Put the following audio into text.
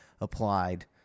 applied